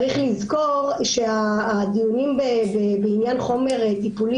צריך לזכור שהדיונים בעניין חומר טיפולי